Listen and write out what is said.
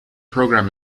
program